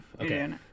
okay